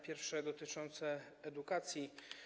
Pierwsze dotyczy edukacji.